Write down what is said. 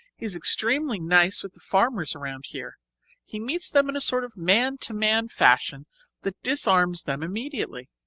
he's extremely nice with the farmers around here he meets them in a sort of man-to-man fashion that disarms them immediately.